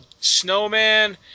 snowman